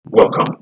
Welcome